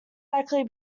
likely